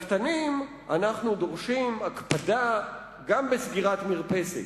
לקטנים אנחנו דורשים הקפדה גם בסגירת מרפסת.